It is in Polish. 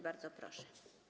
Bardzo proszę.